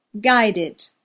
guided